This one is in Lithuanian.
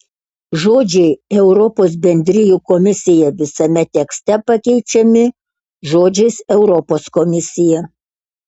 žodžiai europos bendrijų komisija visame tekste pakeičiami žodžiais europos komisija